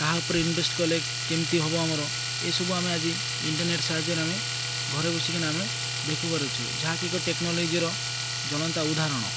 କାହା ଉପରେ ଇନଭେଷ୍ଟ୍ କଲେ କେମିତି ହବ ଆମର ଏସବୁ ଆମେ ଆଜି ଇଣ୍ଟରନେଟ୍ ସାହାଯ୍ୟରେ ଆମେ ଘରେ ବସିକିନା ଆମେ ଦେଖୁ ପାରୁଛୁ ଯାହାକି ଏକ ଟେକ୍ନୋଲୋଜିର ଜ୍ଵଳନ୍ତ ଉଦାହରଣ